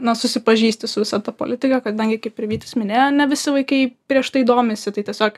na susipažįsti su visa ta politika kadangi kaip ir vytis minėjo ne visi vaikai prieš tai domisi tai tiesiog